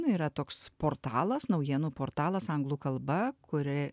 nu yra toks portalas naujienų portalas anglų kalba kuria